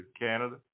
Canada